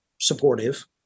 supportive